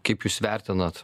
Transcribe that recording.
kaip jūs vertinat